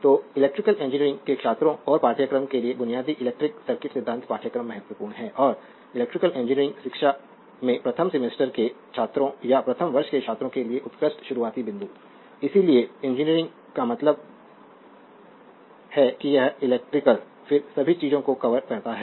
तो electrical engineering के छात्रों और पाठ्यक्रम के लिए बुनियादी इलेक्ट्रिक सर्किट सिद्धांत पाठ्यक्रम महत्वपूर्ण है और इलेक्ट्रिकल इंजीनियरिंग शिक्षा में प्रथम सेमेस्टर के छात्रों या प्रथम वर्ष के छात्रों के लिए उत्कृष्ट शुरुआती बिंदु इलेक्ट्रिकल इंजीनियरिंग का मतलब है कि यह इलेक्ट्रिकल फिर सभी चीजों को कवर करता है